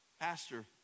Pastor